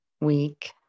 week